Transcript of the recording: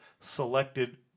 selected